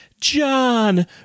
John